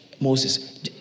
Moses